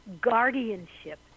guardianship